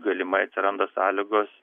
galimai atsiranda sąlygos